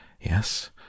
yes